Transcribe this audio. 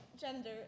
gender